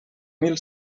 mil